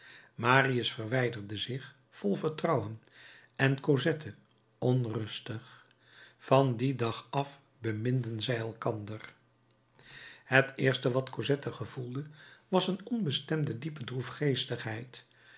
marius verwijderde zich vol vertrouwen en cosette onrustig van dien dag af beminden zij elkander het eerste wat cosette gevoelde was een onbestemde diepe